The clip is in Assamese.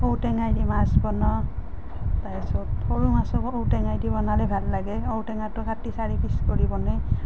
ঔ টেঙাই দি মাছ বনাওঁ তাৰ পাছত সৰু মাছক ঔ টেঙায়েদি বনালে ভাল লাগে ঔ টেঙাটো কাটি চাৰি পিছ কৰি বনে